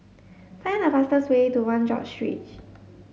find the fastest way to One George Street